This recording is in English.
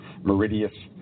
Meridius